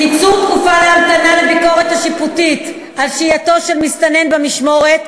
קיצור תקופת ההמתנה לביקורת השיפוטית על שהייתו של מסתנן במשמורת,